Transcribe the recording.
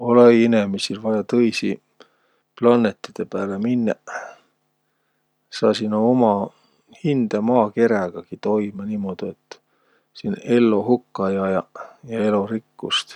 Olõ-õi inemisel vaia tõisi plannõtidõ pääle minnäq. Saasiq nä uma Maakerägagi toimõ, niimuudu, et siin ello hukka ei ajaq, ja elorikkust.